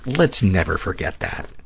let's never forget that.